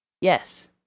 Yes